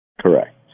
Correct